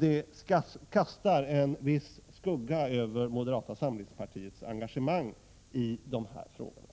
Det kastar en viss skugga över moderata samlingspartiets engagemang i dessa frågor.